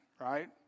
right